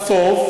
תמשיך בסוף,